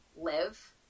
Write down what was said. live